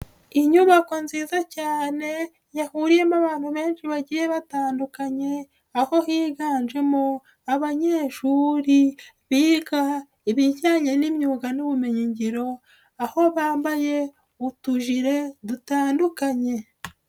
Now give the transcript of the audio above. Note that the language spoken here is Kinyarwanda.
Inyubako nziza cyane yahuriyemo abantu benshi bagiye batandukanye aho higanjemo abanyeshuri biga ibijyanye n'imyuga n'ubumenyingiro, aho bambaye utujire dutandukanye.